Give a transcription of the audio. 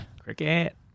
cricket